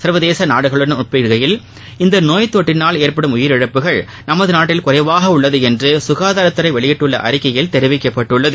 சர்வதேச நாடுகளுடன் ஒப்பிடுகையில் இந்த நோய் தொற்றினால் ஏற்படும் உயிரிழப்புகள் நமது நாட்டில் குறைவாக உள்ளது என்று சுகாதாரத்துறை வெளியிட்டுள்ள அறிக்கையில் தெரிவிக்கப்பட்டுள்ளது